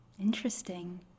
Interesting